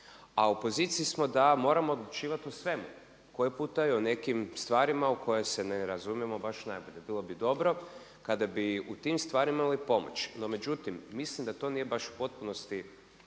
A u poziciji smo da moramo odlučivati o svemu koji puta i o nekim stvarima u koje se ne razumijemo baš najbolje. Bilo bi dobro kada bi u tim stvarima imali pomoć. No međutim, mislim da to nije baš u potpunosti,